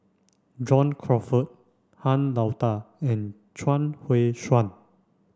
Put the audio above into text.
John Crawfurd Han Lao Da and Chuang Hui Tsuan